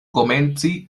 komenci